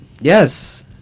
Yes